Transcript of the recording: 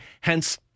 hence